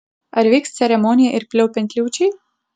ar vyks ceremonija ir pliaupiant liūčiai